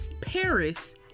Paris